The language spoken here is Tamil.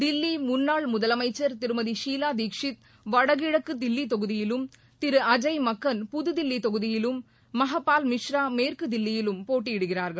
தில்லி முன்னாள் முதலமைச்சர் திருமதி ஷீலா தீட்ஷித் வடகிழக்கு தில்லி தொகுதியிலும் திரு அஜய் மக்கன் புதுதில்லி தொகுதியிலும் மஹபால் மிஷ்ரா மேற்கு தில்லியிலும் போட்டியிடுகிறார்கள்